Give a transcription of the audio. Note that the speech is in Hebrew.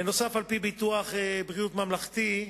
בנוסף, על-פי חוק ביטוח בריאות ממלכתי,